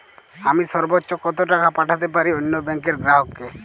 আমি সর্বোচ্চ কতো টাকা পাঠাতে পারি অন্য ব্যাংক র গ্রাহক কে?